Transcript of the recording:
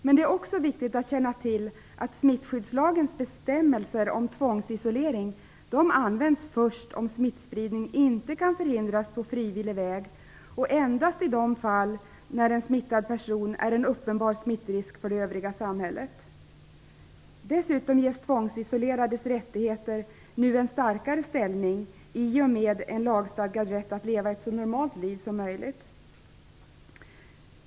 Men det är också viktigt att känna till att smittskyddslagens bestämmelser om tvångsisolering används först om smittspridning inte kan förhindras på frivillig väg och endast i de fall när en smittad person är en uppenbar smittrisk för det övriga samhället. Dessutom ges tvångsisolerades rättigheter nu en starkare ställning i och med en lagstadgad rätt att leva ett så normalt liv som möjligt.